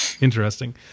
interesting